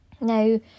Now